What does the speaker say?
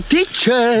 Teacher